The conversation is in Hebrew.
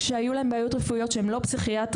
כשהיו להם בעיות רפואיות שהן לא פסיכיאטריות,